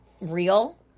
real